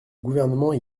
gouvernement